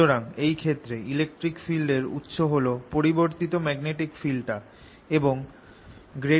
সুতরাং এই ক্ষেত্রে ইলেকট্রিক ফিল্ড এর উৎস হল পরিবর্তিত ম্যাগনেটিক ফিল্ডটা এবং 0